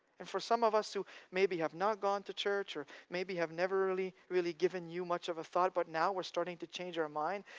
and for some of us who maybe have not gone to church or maybe have never really really given you much of a thought, but now we're starting to change our mind,